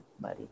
buddy